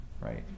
right